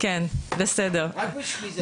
רק בשמי.